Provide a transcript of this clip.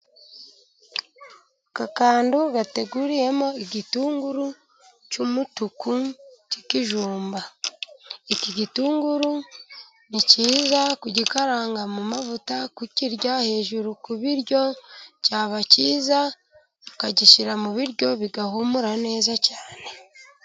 Aka kantu gateguriyemo igitunguru cy'umutuku k'ikijumba. Iki gitunguru ni cyiza kugikaranga mu mavuta, kukirya hejuru ku biryo, cyaba cyiza ukagishyira mu biryo, bigahumura neza cyane.